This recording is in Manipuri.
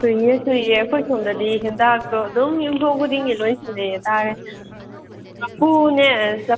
ꯁꯨꯏꯌꯦ ꯁꯨꯏꯌꯦ ꯑꯩꯈꯣꯏ ꯁꯣꯝꯗꯗꯤ ꯍꯦꯟꯇꯥꯛꯇꯣ ꯑꯗꯨꯝ ꯌꯨꯝꯊꯣꯡ ꯈꯨꯗꯤꯡꯒꯤ ꯂꯣꯏꯅ ꯁꯨꯅꯩꯌꯦ ꯍꯥꯏꯇꯥꯔꯦ ꯆꯐꯨꯅꯦ